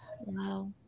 Wow